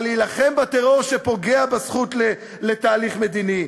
אבל גם להילחם בטרור שפוגע בזכות לתהליך מדיני.